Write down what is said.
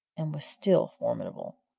and was still formidable!